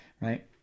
right